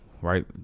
Right